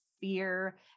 fear